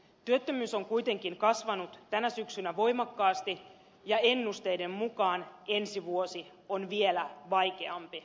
työttömyys on kuitenkin kasvanut tänä syksynä voimakkaasti ja ennusteiden mukaan ensi vuosi on vielä vaikeampi